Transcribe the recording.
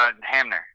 Hamner